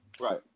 Right